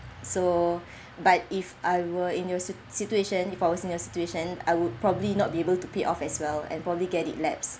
so but if I were in your sit~ situation if I was in your situation I would probably not be able to pay off as well and probably get it lapse